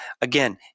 again